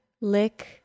lick